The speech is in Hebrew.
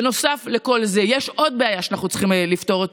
נוסף לכל זה יש עוד בעיה שאנחנו צריכים לפתור,